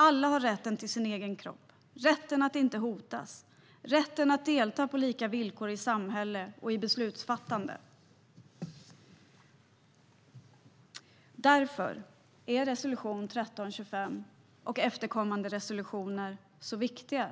Alla har rätten till sin egen kropp, rätten att inte hotas och rätten att delta på lika villkor i samhälle och beslutsfattande. Därför är resolution 1325 och efterkommande resolutioner så viktiga,